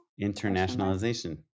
internationalization